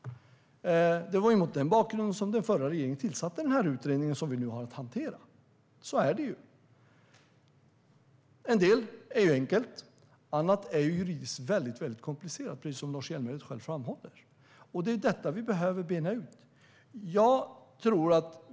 Det var mot den bakgrunden som den förra regeringen tillsatte den utredning som vi nu har att hantera. Så är det ju. En del är enkelt, annat är juridiskt väldigt komplicerat, precis som Lars Hjälmered själv framhåller. Detta behöver vi bena ut.